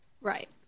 Right